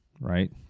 right